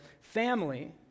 family